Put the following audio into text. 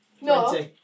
No